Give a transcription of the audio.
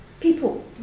People